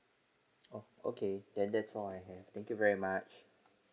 oh okay then that's all I have thank you very much